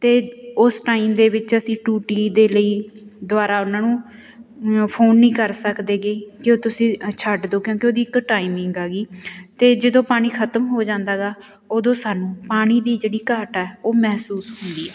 ਅਤੇ ਉਸ ਟਾਈਮ ਦੇ ਵਿੱਚ ਅਸੀਂ ਟੂਟੀ ਦੇ ਲਈ ਦੁਬਾਰਾ ਉਹਨਾਂ ਨੂੰ ਫੋਨ ਨਹੀਂ ਕਰ ਸਕਦੇ ਗੇ ਜੋ ਤੁਸੀਂ ਛੱਡ ਦਿਉ ਕਿਉਂਕਿ ਉਹਦੀ ਇੱਕ ਟਾਈਮਿੰਗ ਆ ਗੀ ਅਤੇ ਜਦੋਂ ਪਾਣੀ ਖਤਮ ਹੋ ਜਾਂਦਾ ਗਾ ਉਦੋਂ ਸਾਨੂੰ ਪਾਣੀ ਦੀ ਜਿਹੜੀ ਘਾਟ ਹੈ ਉਹ ਮਹਿਸੂਸ ਹੁੰਦੀ ਹੈ